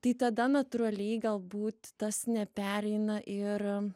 tai tada natūraliai galbūt tas nepereina ir